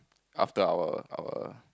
after our our